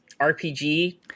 RPG